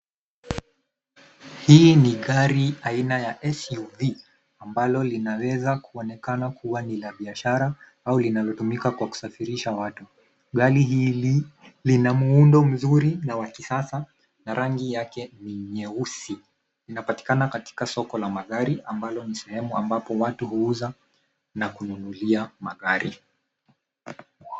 Hili ni gari la aina ya SUV ambalo linaonekana kuwa ni Ka biashara au linalotumika kwa kusafirisha watu. Gari hili lina muundo mzuri na wa kisasa na rangi yake ni nyeusi. Linapatikana katika soko la magari ambayo ni sehemu ambapo watu huuzwa na kununulia magari.